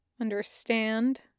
Understand